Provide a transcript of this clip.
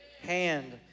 hand